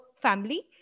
family